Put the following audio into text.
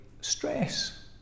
stress